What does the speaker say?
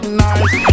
nice